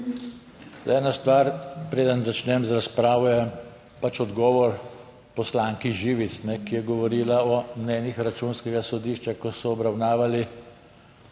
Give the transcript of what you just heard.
zdaj ena stvar, preden začnem z razpravo je pač odgovor poslanki Živec, ki je govorila o mnenjih Računskega sodišča, ko so obravnavali